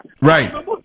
Right